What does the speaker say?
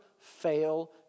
fail